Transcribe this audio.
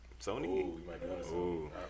Sony